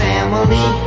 Family